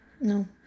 No